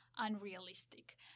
unrealistic